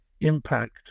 impact